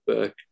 back